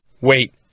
Wait